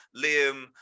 Liam